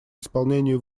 исполнению